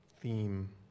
theme